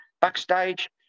backstage